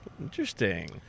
Interesting